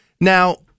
Now